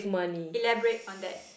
elaborate on that